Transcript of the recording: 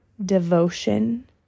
Devotion